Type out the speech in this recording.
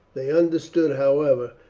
they understood, however,